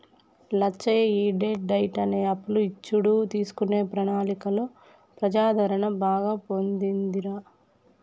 లచ్చయ్య ఈ debt diet అనే అప్పులు ఇచ్చుడు తీసుకునే ప్రణాళికలో ప్రజాదరణ బాగా పొందిందిరా